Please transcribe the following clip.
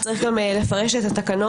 צריך גם לפרש את התקנות,